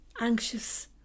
anxious